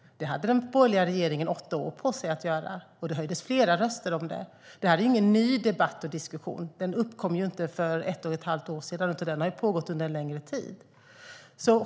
Det hade den borgerliga regeringen åtta år på sig att göra, och det höjdes flera röster om det. Detta är ingen ny debatt eller diskussion. Den uppkom inte för ett och ett halvt år sedan, utan den har pågått under en längre tid.